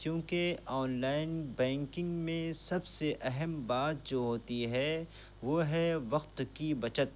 کیوںکہ online banking میں سب سے اہم بات جو ہوتی ہے وہ ہے وقت کی بچت